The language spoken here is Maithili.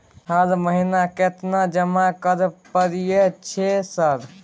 हर महीना केतना जमा करे परय छै सर?